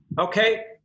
okay